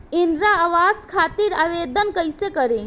इंद्रा आवास खातिर आवेदन कइसे करि?